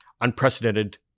unprecedented